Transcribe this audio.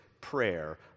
prayer